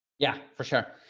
yeah, for sure.